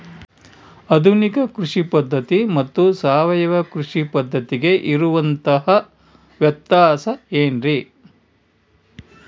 ಆಧುನಿಕ ಕೃಷಿ ಪದ್ಧತಿ ಮತ್ತು ಸಾವಯವ ಕೃಷಿ ಪದ್ಧತಿಗೆ ಇರುವಂತಂಹ ವ್ಯತ್ಯಾಸ ಏನ್ರಿ?